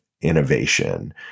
innovation